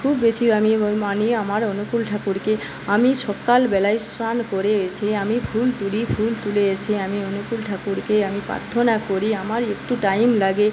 খুব বেশি আমি মানি আমার অনুকূল ঠাকুরকে আমি সকালবেলায় স্নান করে এসে আমি ফুল তুলি ফুল তুলে এসে আমি অনুকূল ঠাকুরকে আমি প্রার্থনা করি আমার একটু টাইম লাগে